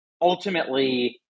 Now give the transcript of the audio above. ultimately